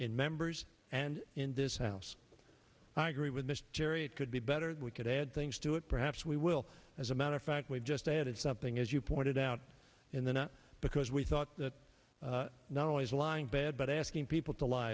in members and in this house i agree with mr jerry it could be better we could add things to it perhaps we will as a matter of fact we've just added something as you pointed out in the not because we thought that not only is lying bad but asking people to lie